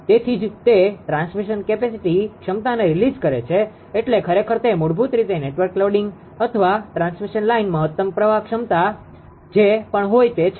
તેથી જ તે ટ્રાન્સમિશન કેપેસીટી ક્ષમતાને રિલીઝ કરે છે એટલે ખરેખર તે મૂળભૂત રીતે નેટવર્ક લોડિંગ અથવા ટ્રાન્સમિશન લાઇન મહત્તમ પ્રવાહ વહન ક્ષમતા જે પણ હોય તે છે